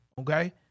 Okay